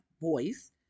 voice